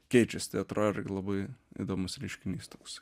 keičiasi tai atrodo irgi labai įdomus reiškinys toks